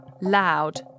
loud